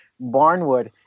barnwood